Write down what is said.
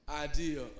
idea